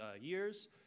years